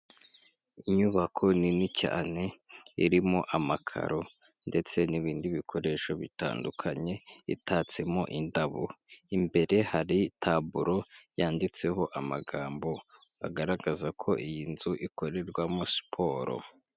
Inyubako nini cyane irimo amakaro ndetse n'ibindi bikoresho bitandukanye, itatsemo indabo, imbere hari taburo yanditseho amagambo agaragaza ko iyi nzu ikorerwamo siporo.